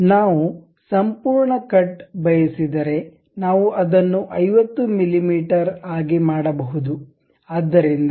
ನಾವು ಸಂಪೂರ್ಣ ಕಟ್ ಬಯಸಿದರೆ ನಾವು ಅದನ್ನು 50 ಮಿ